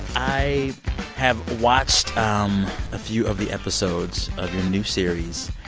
i have watched a few of the episodes of your new series,